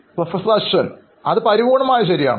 professor Ashwin അത് പരിപൂർണ്ണമായ ശരിയാണ്